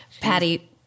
Patty